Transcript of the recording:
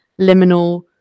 liminal